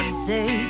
say